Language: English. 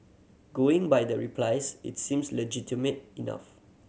going by the replies its seems legitimate enough